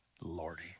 Lordy